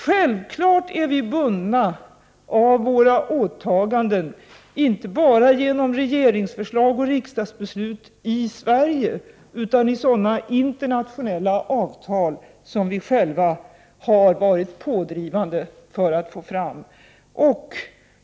Självfallet är vi bundna av våra åtaganden, inte bara genom regeringsförslag och riksdagsbeslut i Sverige, utan genom sådana internationella avtal som vi själva har varit pådrivande för att få fram.